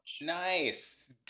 Nice